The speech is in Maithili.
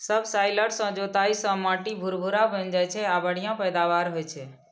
सबसॉइलर सं जोताइ सं माटि भुरभुरा बनि जाइ छै आ बढ़िया पैदावार होइ छै